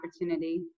opportunity